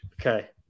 Okay